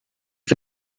für